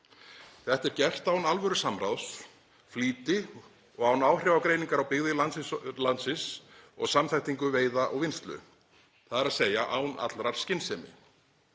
Þetta er gert án alvörusamráðs, í flýti og án áhrifagreiningar á byggðir landsins og samþættingu veiða og vinnslu, þ.e. án allrar skynsemi.